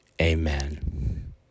Amen